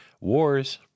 wars